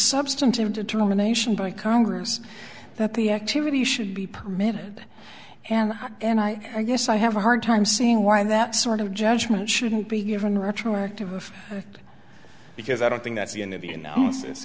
substantive determination by congress that the activity should be permitted and and i guess i have a hard time seeing wind that sort of judgment shouldn't be given retroactive because i don't think that's the end of the analysis